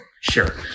Sure